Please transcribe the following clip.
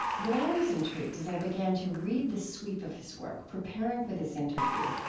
but i was intrigued, as i began to read the sweep of his work preparing for this interview,